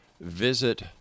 visit